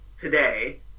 today